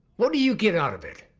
what do you get out of it?